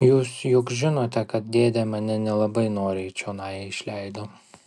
jūs juk žinote kad dėdė mane nelabai noriai čionai išleido